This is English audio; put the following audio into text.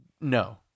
No